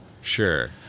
Sure